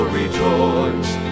rejoice